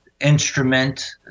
instrument